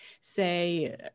say